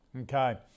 Okay